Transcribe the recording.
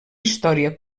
història